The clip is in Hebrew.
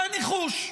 תן ניחוש,